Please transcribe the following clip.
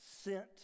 sent